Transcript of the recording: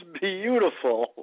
beautiful